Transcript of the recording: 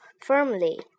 firmly